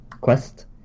quest